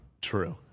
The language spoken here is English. True